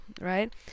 right